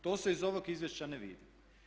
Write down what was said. To se iz ovog izvješća ne vidi.